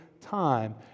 time